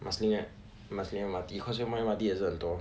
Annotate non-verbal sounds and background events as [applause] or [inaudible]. marsiling [noise] marsiling M_R_T causeway point M_R_T 也是很多